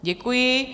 Děkuji.